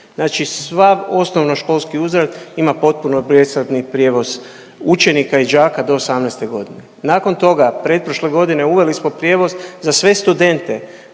Znači sva osnovnoškolski uzrast ima potpuno besplatni prijevoz učenika i đaka do 18. g. Nakon toga, pretprošle godine uveli smo prijevoz za sve studente